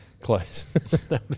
Close